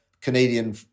canadian